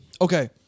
Okay